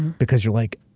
because you're like,